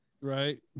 right